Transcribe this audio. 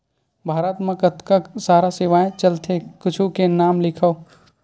भारत मा कतका सारा सेवाएं चलथे कुछु के नाम लिखव?